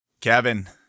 Kevin